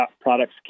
products